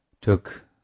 took